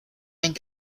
and